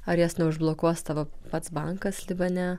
ar jas neužblokuos tavo pats bankas libane